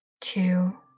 two